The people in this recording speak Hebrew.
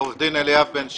אני